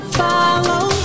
follow